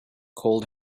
cold